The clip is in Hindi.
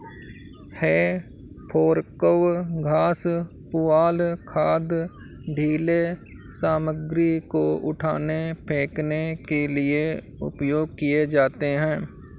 हे फोर्कव घास, पुआल, खाद, ढ़ीले सामग्री को उठाने, फेंकने के लिए उपयोग किए जाते हैं